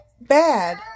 bad